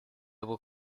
will